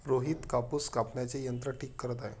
रोहित कापूस कापण्याचे यंत्र ठीक करत आहे